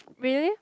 really